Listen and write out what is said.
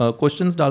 questions